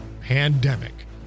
Pandemic